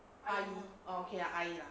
阿姨 orh okay lah 阿姨 lah